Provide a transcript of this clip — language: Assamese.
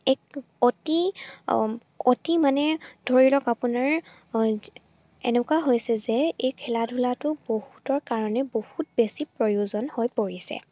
এক অতি অতি মানে ধৰি লওক আপোনাৰ এনেকুৱা হৈছে যে এই খেলা ধূলাটো বহুতৰ কাৰণে বহুত বেছি প্ৰয়োজন হৈ পৰিছে